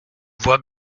vois